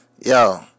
Yo